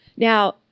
Now